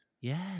Yes